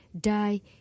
die